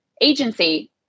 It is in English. agency